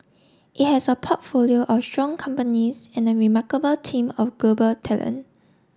it has a portfolio of strong companies and a remarkable team of global talent